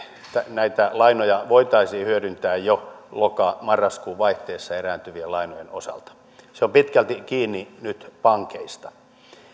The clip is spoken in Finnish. näitä lainoja voitaisiin hyödyntää jo loka marraskuun vaihteessa erääntyvien lainojen osalta se on nyt pitkälti kiinni pankeista